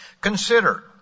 Consider